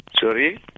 Sorry